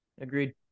agreed